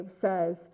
says